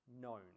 known